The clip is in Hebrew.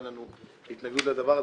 אין לנו התנגדות לדבר הזה.